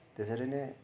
त्यसरी नै